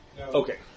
Okay